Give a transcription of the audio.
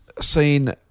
seen